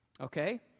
Okay